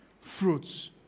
fruits